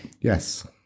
Yes